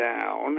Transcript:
down